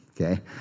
okay